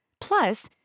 Plus